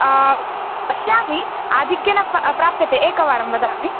पश्यामि आधिक्येन प्राप्यते एकवारं वदामि